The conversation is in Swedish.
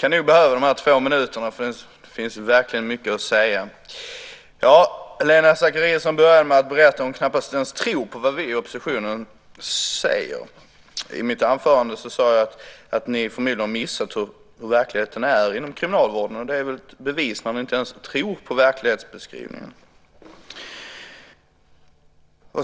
Fru talman! Helena Zakariasén började med att berätta att hon knappast ens tror på vad vi i oppositionen säger. I mitt anförande sade jag att ni förmodligen har missat hur verkligheten är inom kriminalvården. Det är väl ett bevis när ni inte ens tror på verklighetsbeskrivningen. Vi